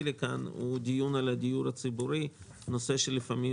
לכאן הוא דיון על הדיור הציבורי נושא שלפעמים